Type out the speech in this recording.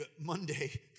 Monday